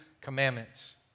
commandments